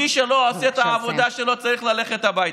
מי שלא עושה את העבודה שלו צריך ללכת הביתה.